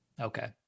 Okay